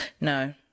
No